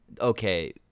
Okay